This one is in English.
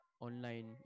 online